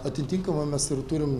atitinkamai mes ir turim